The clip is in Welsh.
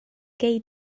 gei